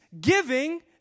giving